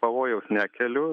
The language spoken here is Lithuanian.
pavojaus nekeliu